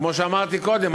כמו שאמרתי קודם,